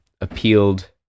appealed